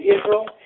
Israel